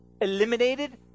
eliminated